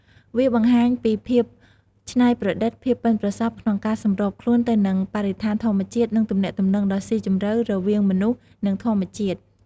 វាបង្ហាញពីភាពច្នៃប្រឌិត ភាពប៉ិនប្រសប់ក្នុងការសម្របខ្លួនទៅនឹងបរិស្ថានធម្មជាតិ និងទំនាក់ទំនងដ៏ស៊ីជម្រៅរវាងមនុស្ស និងធម្មជាតិ។